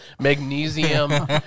magnesium